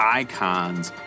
icons